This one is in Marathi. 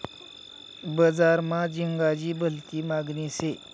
बजार मा झिंगाची भलती मागनी शे